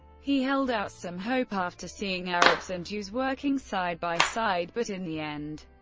he held out some hope after seeing arabs and jews working side by side but, in the end,